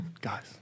Guys